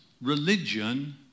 religion